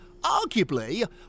arguably